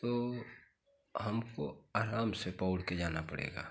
तो हमको आराम से पौढ़ के जाना पड़ेगा